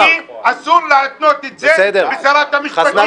מיקי, אסור להתנות את זה בשרת המשפטים.